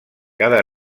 cada